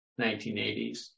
1980s